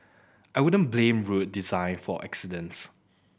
I wouldn't blame road design for the accidents